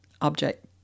object